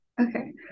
Okay